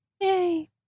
Yay